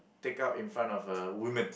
take out in front of a woman